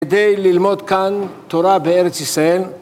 כדי ללמוד כאן תורה בארץ ישראל